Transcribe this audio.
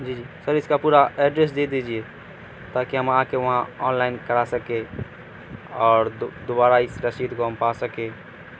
جی جی سر اس کا پورا ایڈریس دے دیجیے تاکہ ہم آ کے وہاں آن لائن کرا سکیں اور دو دوبارہ اس رسید کو ہم پا سکیں